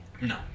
no